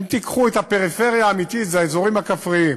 אם תיקחו את הפריפריה האמיתית, האזורים הכפריים,